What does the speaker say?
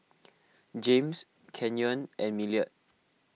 James Canyon and Millard